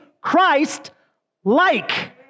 Christ-like